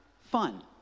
fun